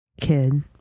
kid